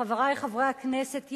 חברי חברי הכנסת,